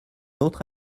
autre